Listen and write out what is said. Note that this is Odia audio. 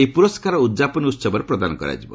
ଏହି ପୁରସ୍କାର ଉଦ୍ଯାପନୀ ଉସବରେ ପ୍ରଦାନ କରାଯିବ